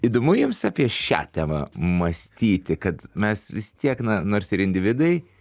įdomu jums apie šią temą mąstyti kad mes vis tiek na nors ir individai